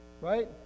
Right